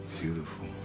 beautiful